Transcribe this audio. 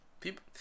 People